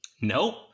nope